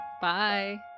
Bye